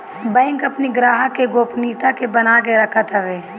bank अपनी ग्राहक के गोपनीयता के बना के रखत हवे